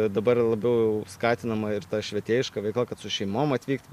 dabar labiau skatinama ir ta švietėjiška veikla kad su šeimom atvykti